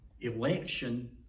Election